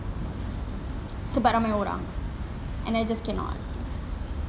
sebab ramai orang and I just cannot